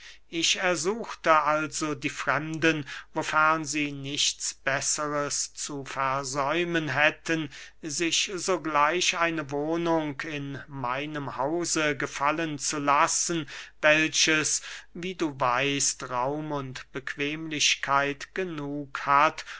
ich ersuchte also die fremden wofern sie nichts besseres zu versäumen hätten sich sogleich eine wohnung in meinem hause gefallen zu lassen welches wie du weißt raum und bequemlichkeit genug hat